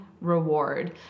Reward